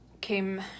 came